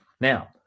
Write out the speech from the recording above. Now